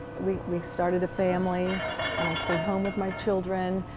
we we started a family and i stayed home with my children.